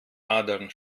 adern